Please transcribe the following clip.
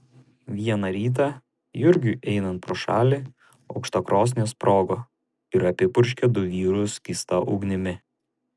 vieną rytą jurgiui einant pro šalį aukštakrosnė sprogo ir apipurškė du vyrus skysta ugnimi